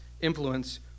influence